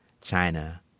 China